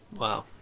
wow